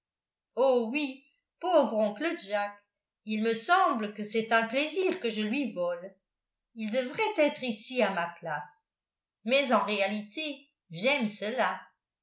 oh oui pauvre oncle jack il me semble que c'est un plaisir que je lui vole il devrait être ici à ma place mais en réalité j'aime cela